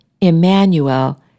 Emmanuel